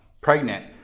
pregnant